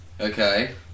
Okay